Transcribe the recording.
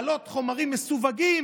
העלאת חומרים מסווגים.